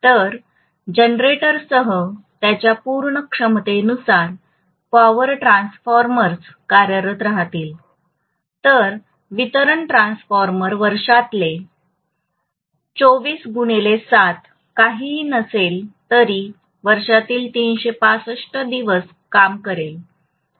तर जनरेटरसह त्याच्या पूर्ण क्षमतेनुसार पॉवर ट्रान्सफॉर्मर्स कार्यरत राहतील तर वितरण ट्रान्सफॉर्मर वर्षातले 24 7 काहीही नसले तरी वर्षातील 365 दिवस काम करेल